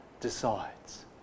decides